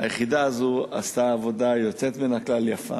היחידה הזאת עשתה עבודה יוצאת מן הכלל, יפה.